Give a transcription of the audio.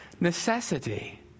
necessity